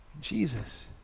Jesus